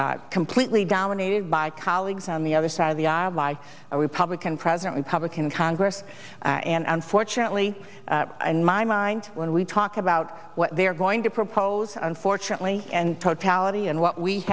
completely dominated by colleagues on the other side of the aisle live a republican president republican congress and unfortunately in my mind when we talk about what they're going to propose unfortunately and totality and what we